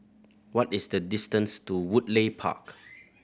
what is the distance to Woodleigh Park